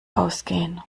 ausgehen